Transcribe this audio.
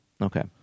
Okay